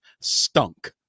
stunk